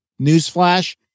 newsflash